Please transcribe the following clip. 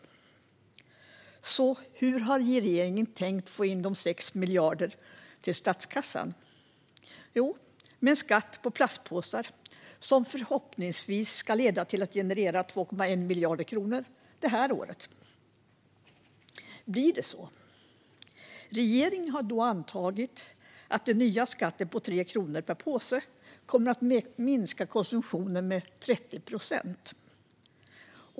Hur har regeringen tänkt sig få in de 6 miljarderna till statskassan? Jo, med en skatt på plastpåsar. Förhoppningsvis ska det leda till att generera 2,1 miljarder kronor detta år. Blir det så? Regeringen har antagit att den nya skatten på 3 kronor per påse kommer att minska konsumtionen med 30 procent.